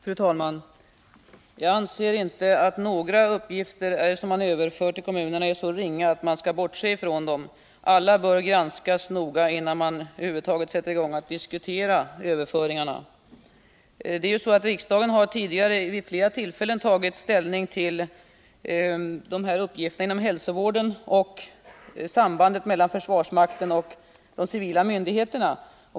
Fru talman! När det gäller att överföra uppgifter till kommunerna anser jag inte att några uppgifter är så ringa att man skall bortse från deras betydelse. Alla sådana uppgifter bör granskas noga innan man över huvud taget sätter i gång en diskussion om överföringar. Riksdagen har tidigare vid flera tillfällen tagit ställning till dessa uppgifter inom hälsovården och sambandet mellan försvarsmakten och de civila myndigheterna.